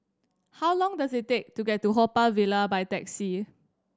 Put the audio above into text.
how long does it take to get to Haw Par Villa by taxi